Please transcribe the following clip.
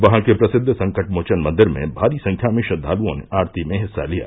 वहां के प्रसिद्ध संकट मोचन मंदिर में भारी संख्या में श्रद्दालुओं ने आरती में हिस्सा लिया